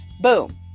Boom